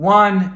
one